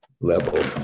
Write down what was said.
level